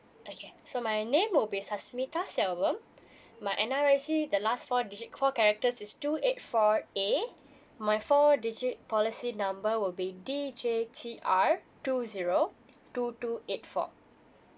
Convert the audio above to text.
okay so my name will be susmita silvam my N_R_I_C the last four digit call characters is two eight four A my four digit policy number will be D J T R two zero two two eight four